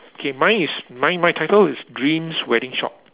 okay mine is mine my title is dreams wedding shop